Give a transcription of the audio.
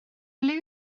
ble